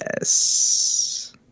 yes